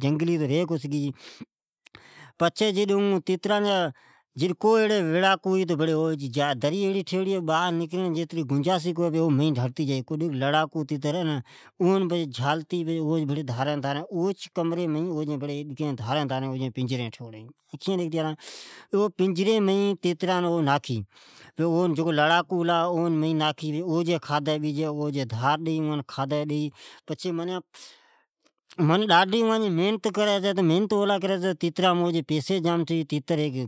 ۔ پچھے ایر وڑاکوھی تو اوان جی کمرا بھے ایڑا ھوی چھے ۔ جڈ کو تیتر لڑی چھے تو او ھیک دری ٹھاھوڑی ھی اوم ڈڑتے جا چھی ۔پچھے اون الگ کری چھی ۔ او کمری میکن ڈارین ڈارین پنجھرین مین ناکھی پچھے اون کھادی ڈجی الگ ناکھی چھے معنی محنت کری چھے تو تیترام پیسہ سٹھے ٹھے